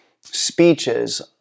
speeches